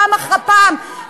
פעם אחר פעם,